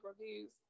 Reviews